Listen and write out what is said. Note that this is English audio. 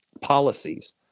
policies